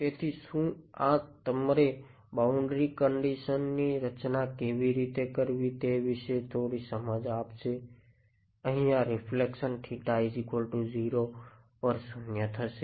તેથી શું આ તમરે બાઉન્ડ્રી કંડીશન ની રચના કેવી રીતે કરવી તે વિશે થોડી સમજ આપશેઅહિયાં રીફ્લેક્શન 0 પર શૂન્ય થશે